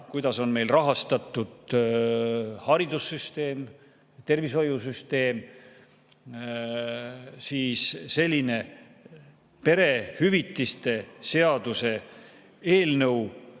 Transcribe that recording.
kuidas on meil rahastatud haridussüsteem, tervishoiusüsteem, siis selline perehüvitiste seaduse eelnõu